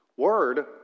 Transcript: word